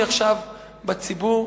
יש שינוי בציבור,